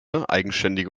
eigenständige